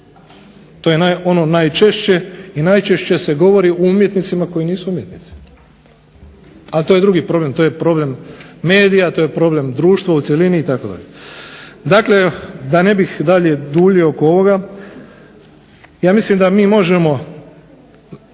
To je ono najčešće i najčešće se govori o umjetnicima koji nisu umjetnici. Ali to je drugi problem. to je problem medija, to je problem društva u cjelini itd. Dakle, da ne bih dalje duljio oko ovoga, ja mislim da mi možemo